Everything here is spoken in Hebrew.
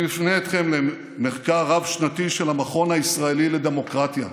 אני מפנה אתכם למחקר רב-שנתי של המכון הישראלי לדמוקרטיה,